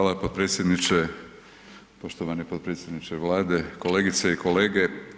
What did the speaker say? Hvala potpredsjedniče, poštovani potpredsjedniče Vlade, kolegice i kolege.